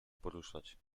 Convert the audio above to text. poruszać